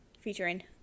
Featuring